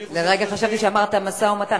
לרגע חשבתי שאמרת "משא-ומתן",